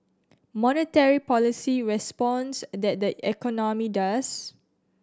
monetary policy responds tat the economy does